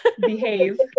behave